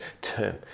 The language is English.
term